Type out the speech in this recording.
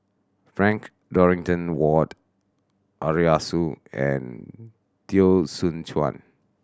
Frank Dorrington Ward Arasu and Teo Soon Chuan